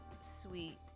sweet